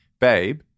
babe